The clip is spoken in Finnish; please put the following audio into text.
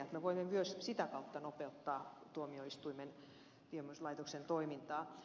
me voimme myös sitä kautta nopeuttaa tuomioistuinlaitoksen toimintaa